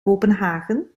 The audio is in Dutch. kopenhagen